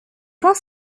points